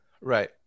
right